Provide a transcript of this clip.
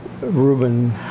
Reuben